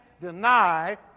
deny